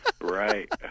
Right